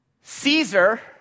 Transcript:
Caesar